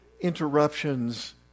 interruptions